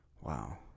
Wow